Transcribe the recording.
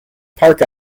park